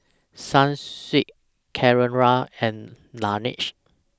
Sunsweet Carrera and Laneige